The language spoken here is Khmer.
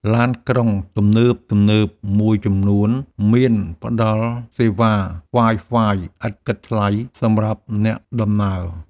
ឡានក្រុងទំនើបៗមួយចំនួនមានផ្តល់សេវា Wi-Fi ឥតគិតថ្លៃសម្រាប់អ្នកដំណើរ។